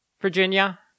Virginia